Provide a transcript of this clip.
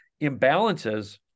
imbalances